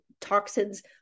toxins